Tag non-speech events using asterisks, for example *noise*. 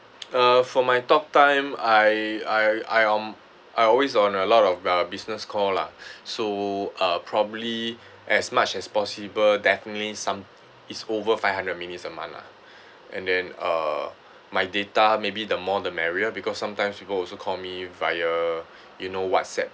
*noise* uh for my talk time I I I um I always on a lot of uh business call lah *breath* so uh probably as much as possible definitely some it's over five hundred minutes a month lah and then uh my data maybe the more the merrier because sometimes people also call me via you know whatsapp